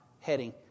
heading